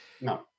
No